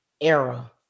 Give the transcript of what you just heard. era